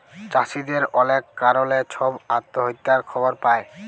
চাষীদের অলেক কারলে ছব আত্যহত্যার খবর পায়